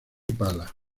pala